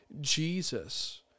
Jesus